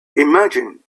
imagine